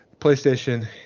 PlayStation